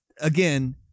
again